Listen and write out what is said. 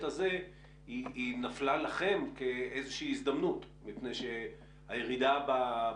הזה היא נפלה לכם כאיזו שהיא הזדמנות מפני שהירידה בתפוסה,